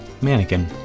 mannequin